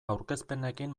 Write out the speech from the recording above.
aurkezpenekin